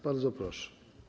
Bardzo proszę.